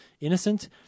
innocent